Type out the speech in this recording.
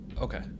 Okay